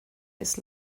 his